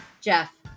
Jeff